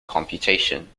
computation